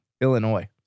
Illinois